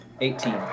Eighteen